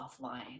offline